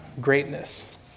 greatness